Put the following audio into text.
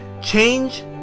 change